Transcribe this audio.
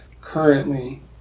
currently